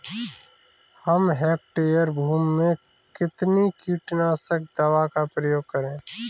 एक हेक्टेयर भूमि में कितनी कीटनाशक दवा का प्रयोग करें?